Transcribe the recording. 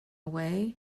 way